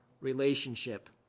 Relationship